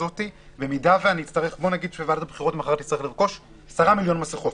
בוא נגיד שוועדת הבחירות מחר תצטרך לרכוש 10 מיליון מסכות,